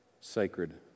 sacred